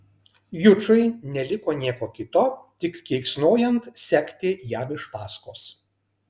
jučui neliko nieko kito tik keiksnojant sekti jam iš paskos